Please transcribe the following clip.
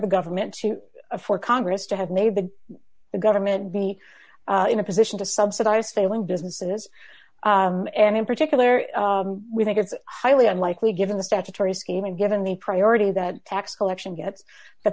the government to for congress to have maybe the government be in a position to subsidize failing businesses and in particular we think it's highly unlikely given the statutory scheme and given the priority that tax collection gets that